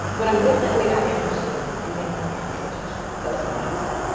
but i'm definitely not interested in being in another relationship. that was my mindset.